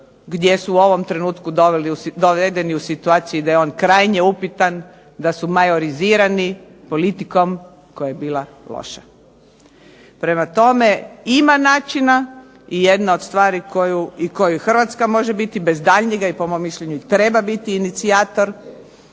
gdje su u ovom trenutku dovedeni u situaciju da je on krajnje upitan, da su majorizirani politikom koja je bila loša. Prema tome, ima načina i jedna od stvari koju Hrvatska može biti i bez daljnjega i po mom mišljenju treba biti inicijator,